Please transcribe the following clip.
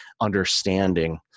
understanding